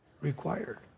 required